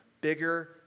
bigger